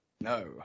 No